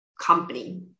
company